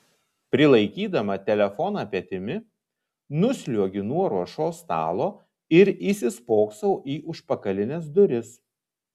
prilaikydama telefoną petimi nusliuogiu nuo ruošos stalo ir įsispoksau į užpakalines duris